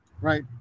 right